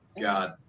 God